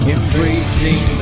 Embracing